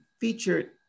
featured